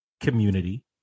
community